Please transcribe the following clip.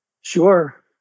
Sure